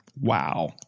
wow